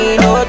no